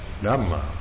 Dhamma